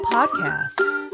Podcasts